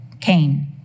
Cain